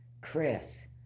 Chris